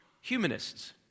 humanists